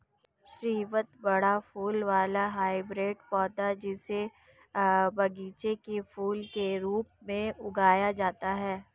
स्रीवत बड़ा फूल वाला हाइब्रिड पौधा, जिसे बगीचे के फूल के रूप में उगाया जाता है